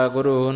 Guru